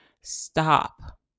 stop